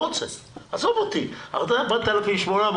עזוב אותי, יש לי 4,800,